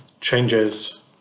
changes